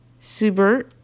Subert